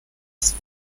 ist